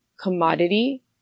commodity